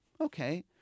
okay